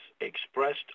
expressed